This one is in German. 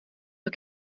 zur